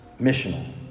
Missional